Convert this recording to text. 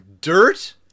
Dirt